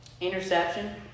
interception